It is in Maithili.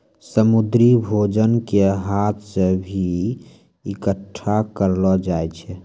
समुन्द्री भोजन के हाथ से भी इकट्ठा करलो जाय छै